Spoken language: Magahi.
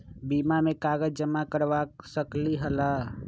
बीमा में कागज जमाकर करवा सकलीहल?